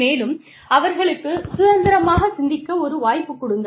மேலும் அவர்களுக்குச் சுதந்திரமாக சிந்திக்க ஒரு வாய்ப்பு கொடுங்கள்